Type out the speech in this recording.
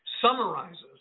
summarizes